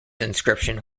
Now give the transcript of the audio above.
inscription